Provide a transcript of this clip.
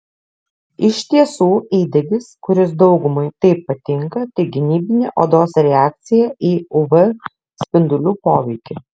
iš tiesų įdegis kuris daugumai taip patinka tai gynybinė odos reakcija į uv spindulių poveikį